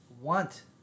want